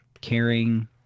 caring